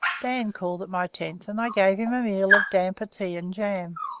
dan called at my tent, and i gave him a meal of damper, tea, and jam.